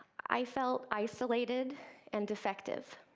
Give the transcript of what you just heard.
i felt isolated and defective.